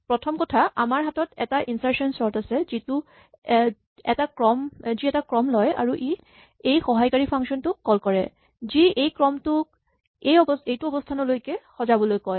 প্ৰথম কথা আমাৰ হাতত এটা ইনচাৰ্চন চৰ্ট আছে যি এটা ক্ৰম লয় আৰু ই এই সহায়কাৰী ফাংচন টোক কল কৰে যি এই ক্ৰমটোক এইটো অৱস্হানলৈকে সজাবলৈ কয়